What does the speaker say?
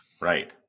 Right